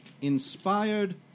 inspired